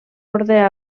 ordre